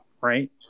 right